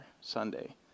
Sunday